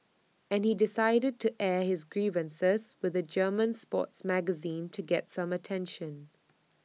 and he decided to air his grievances with A German sports magazine to get some attention